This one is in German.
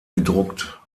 gedruckt